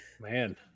man